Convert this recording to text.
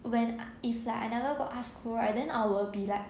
when if like I never got art school right but then I'll be like